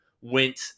went